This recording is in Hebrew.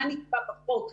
מה נקבע בחוק,